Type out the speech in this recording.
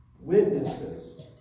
witnesses